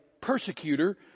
persecutor